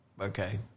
Okay